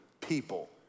people